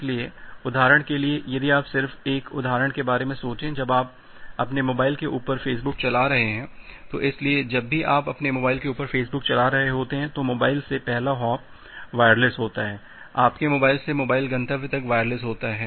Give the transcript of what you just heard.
इसलिए उदाहरण के लिए यदि आप सिर्फ एक उदाहरण के बारे में सोचें जब आप अपने मोबाइल के ऊपर फेसबुक चला रहे हैं इसलिए जब भी आप अपने मोबाइल के ऊपर फेसबुक चला रहे होते हैं तो मोबाइल से पहला हॉप वायरलेस होता है आपके मोबाइल से मोबाइल गंतव्य तक वायरलेस होता है